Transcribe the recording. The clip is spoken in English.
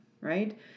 right